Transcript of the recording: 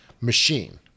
machine